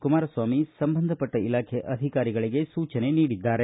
ಕುಮಾರಸ್ವಾಮಿ ಸಂಬಂಧಪಟ್ಟ ಇಲಾಖೆ ಅಧಿಕಾರಿಗಳಿಗೆ ಸೂಚನೆ ನೀಡಿದ್ದಾರೆ